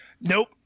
Nope